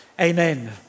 Amen